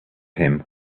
him